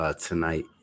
tonight